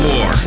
War